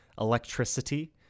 electricity